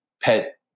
pet